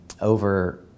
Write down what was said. over